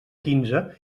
quinze